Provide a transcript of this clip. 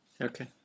Okay